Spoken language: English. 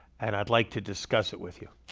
and i'd like to discuss it with you.